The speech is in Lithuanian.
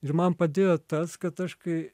ir man padėjo tas kad aš kai